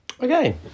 Okay